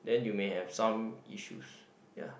then you may have some issues ya